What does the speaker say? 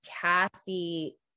Kathy